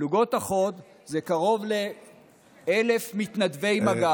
פלוגות החוד זה קרוב ל-1,000 מתנדבי מג"ב,